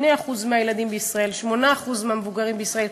2% מהילדים בישראל ו-8% מהמבוגרים בישראל